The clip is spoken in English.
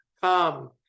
Come